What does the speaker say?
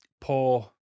poor